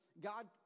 God